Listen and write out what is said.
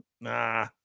Nah